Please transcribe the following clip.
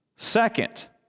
Second